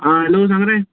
आं हॅलो सांग रे